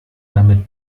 damit